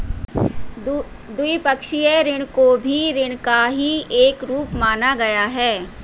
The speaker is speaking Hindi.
द्विपक्षीय ऋण को भी ऋण का ही एक रूप माना गया है